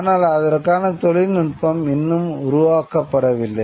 ஆனால் அதற்கான தொழில்நுட்பம் இன்னும் உருவாக்கப்படவில்லை